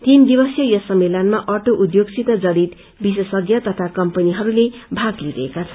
तीन दिवसीय यस सम्मेलनमा अटो उद्योगसित जड़ित विशेषज्ञ तथा कम्पनीहरूले भाग लिइरहेका छन्